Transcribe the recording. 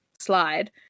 slide